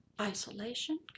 isolation